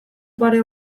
pare